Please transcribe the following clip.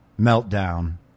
meltdown